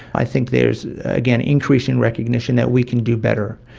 i think there is, again, increasing recognition that we can do better,